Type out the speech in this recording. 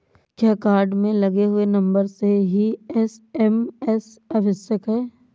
क्या कार्ड में लगे हुए नंबर से ही एस.एम.एस आवश्यक है?